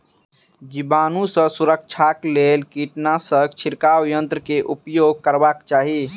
जीवाणु सॅ सुरक्षाक लेल कीटनाशक छिड़काव यन्त्र के उपयोग करबाक चाही